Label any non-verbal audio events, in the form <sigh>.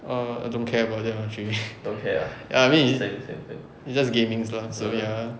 err I don't care about them actually <laughs> ya I mean it's just gamings lah so ya